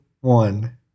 one